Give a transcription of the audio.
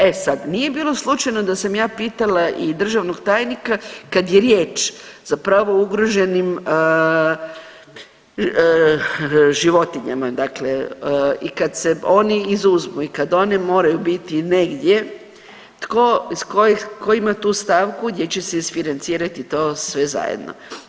E sad, nije bilo slučajno da sam ja pitala i državnog tajnika kad je riječ zapravo o ugroženim životinjama, dakle i kad se oni izuzmu i kad one moraju biti negdje, tko, iz kojih, tko ima tu stavku gdje će isfinancirati to sve zajedno.